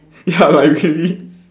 ya like really